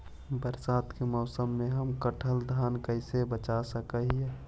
बरसात के मौसम में हम कटल धान कैसे बचा सक हिय?